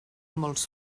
molts